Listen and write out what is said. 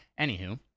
Anywho